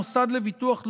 המוסד לביטוח לאומי,